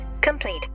complete